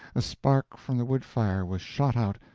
a spark from the wood-fire was shot out,